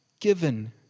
given